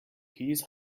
his